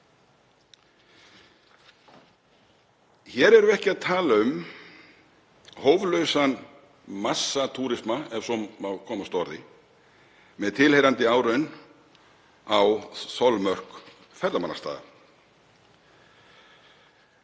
Hér erum við ekki að tala um hóflausan massatúrisma, ef svo má segja, með tilheyrandi áraun á þolmörk ferðamannastaða.